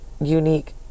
unique